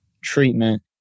treatment